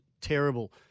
terrible